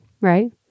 right